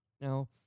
Now